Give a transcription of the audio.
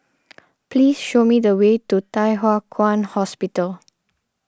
please show me the way to Thye Hua Kwan Hospital